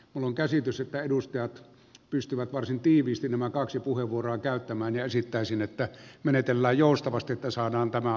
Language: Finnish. mun käsitys että edustajat pystyvät varsin tiivisti nämä kaksi puheenvuoroa käyttämään esittäisin että menetellä joustavasti ja tärkein tavoite